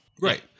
Right